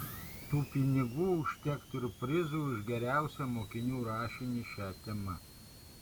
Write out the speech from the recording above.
tų pinigų užtektų ir prizui už geriausią mokinių rašinį šia tema